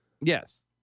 Yes